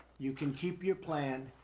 you can keep your plan,